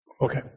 Okay